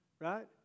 right